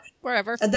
wherever